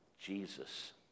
Jesus